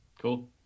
Cool